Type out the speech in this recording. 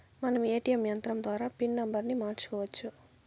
మనం ఏ.టీ.యం యంత్రం ద్వారా పిన్ నంబర్ని మార్చుకోవచ్చు